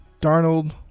Darnold